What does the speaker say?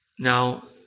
Now